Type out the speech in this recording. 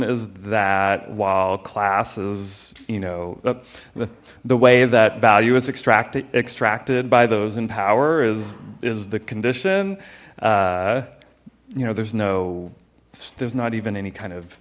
is that while classes you know the way that value is extracted extracted by those in power is is the condition you know there's no there's not even any kind